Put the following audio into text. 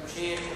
תמשיך.